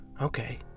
Okay